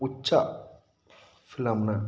ಹುಚ್ಚ ಫಿಲಮ್ನ